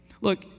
look